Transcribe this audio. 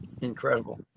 incredible